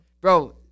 Bro